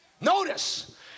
notice